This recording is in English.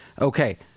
Okay